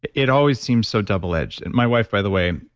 it always seems so double-edged. my wife, by the way,